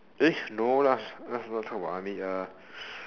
no lah not supposed to talk about army